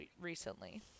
recently